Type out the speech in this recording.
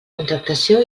contractació